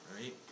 right